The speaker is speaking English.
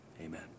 amen